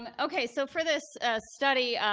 um ok, so, for this study,